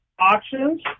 auctions